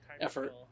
effort